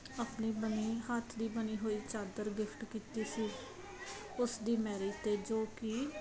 ਆਪਣੀ ਬਣੀ ਹੱਥ ਦੀ ਬਣੀ ਹੋਈ ਚਾਦਰ ਗਿਫਟ ਕੀਤੀ ਸੀ ਉਸ ਦੀ ਮੈਰਿਜ 'ਤੇ ਜੋ ਕਿ